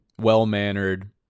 well-mannered